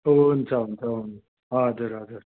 हुन्छ हुन्छ हुन् हजुर हजुर